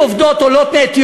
שעובדות בה 50 עולות מאתיופיה,